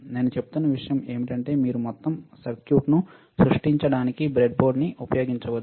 నేను చెప్తున్న విషయం ఏమిటంటే మీరు మొత్తం సర్క్యూట్ను సృష్టించడానికి బ్రెడ్బోర్డ్ ని ఉపయోగించవచ్చు